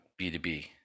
B2B